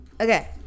Okay